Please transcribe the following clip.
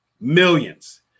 Millions